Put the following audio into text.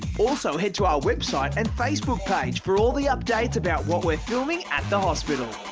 also head to our website and facebook page for all the updates about what we're filming at the hospital.